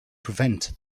prevent